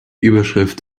überschrift